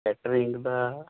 catering the